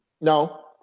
No